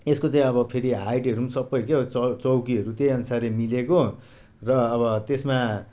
यसको चाहिँ अब फेरि हाइटहरू पनि सबै के हो चौकाहरू पनि त्यही अनुसारले मिलेको र अब त्यसमा